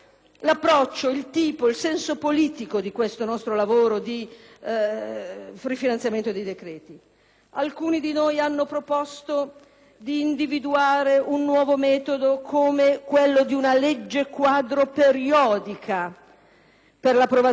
Alcuni di noi hanno proposto di individuare un nuovo metodo, come quello di una legge quadro periodica, per l'approvazione degli atti legislativi di rifinanziamento, in modo che il Parlamento possa incidere più efficacemente.